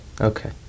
okay